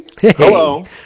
Hello